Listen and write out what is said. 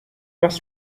must